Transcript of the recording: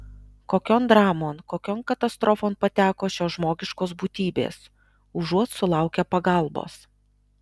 kokion dramon kokion katastrofon pateko šios žmogiškos būtybės užuot sulaukę pagalbos